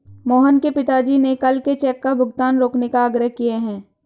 मोहन के पिताजी ने कल के चेक का भुगतान रोकने का आग्रह किए हैं